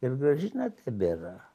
ir gražina tebėra